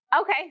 Okay